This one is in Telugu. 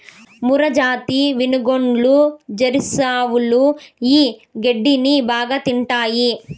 మూర్రాజాతి వినుగోడ్లు, జెర్సీ ఆవులు ఈ గడ్డిని బాగా తింటాయి